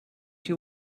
you